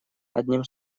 одним